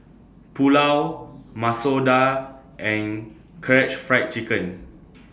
Pulao Masoor Dal and Karaage Fried Chicken